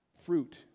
fruit